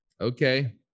Okay